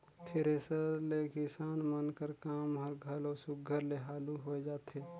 thresher ले किसान मन कर काम हर घलो सुग्घर ले हालु होए जाथे